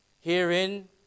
Herein